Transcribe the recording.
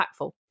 impactful